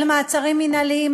על מעצרים מינהליים,